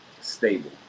stable